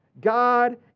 God